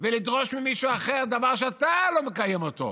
ולדרוש ממישהו אחר דבר שאתה לא מקיים אותו?